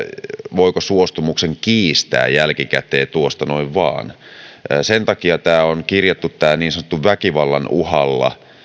voiko suostumuksen kiistää jälkikäteen tuosta noin vain sen takia on kirjattu tämä väkivallan uhalla